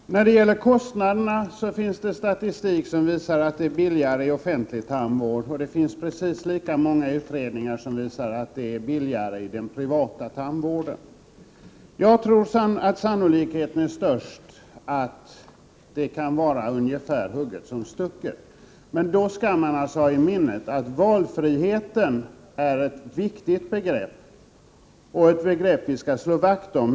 Herr talman! Beträffande kostnaderna finns det statistik som visar att det är billigare i offentlig tandvård, och precis lika många utredningar visar att det är billigare i den privata tandvården. Jag tror att det kan vara ungefär hugget som stucket. Men då skall man ha i minnet att valfriheten är ett viktigt begrepp, ett begrepp att slå vakt om.